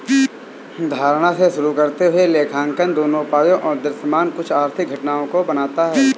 धारणा से शुरू करते हुए लेखांकन दोनों उपायों और दृश्यमान कुछ आर्थिक घटनाओं को बनाता है